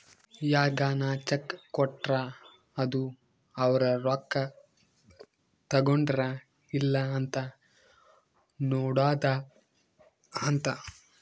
ಯಾರ್ಗನ ಚೆಕ್ ಕೊಟ್ರ ಅದು ಅವ್ರ ರೊಕ್ಕ ತಗೊಂಡರ್ ಇಲ್ಲ ಅಂತ ನೋಡೋದ ಅಂತ